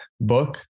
book